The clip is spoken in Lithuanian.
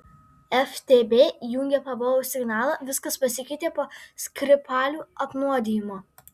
ftb įjungė pavojaus signalą viskas pasikeitė po skripalių apnuodijimo